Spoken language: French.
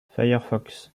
firefox